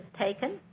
taken